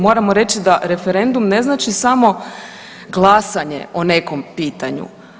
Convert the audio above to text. Moramo reći da referendum ne znači samo glasanje o nekom pitanju.